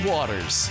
Waters